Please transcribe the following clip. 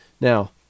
Now